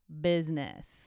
business